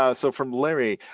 ah so from larry.